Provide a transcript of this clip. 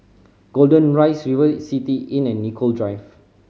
Golden Rise River City Inn and Nicoll Drive